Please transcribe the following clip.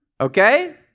Okay